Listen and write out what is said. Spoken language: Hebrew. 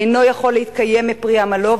אינו יכול להתקיים מפרי עמלו,